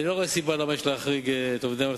אני לא רואה סיבה להחריג את עובדי מערכת